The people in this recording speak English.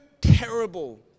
Terrible